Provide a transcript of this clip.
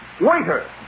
Waiter